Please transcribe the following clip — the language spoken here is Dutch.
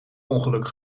ongeluk